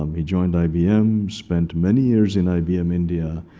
um he joined ibm, spent many years in ibm india,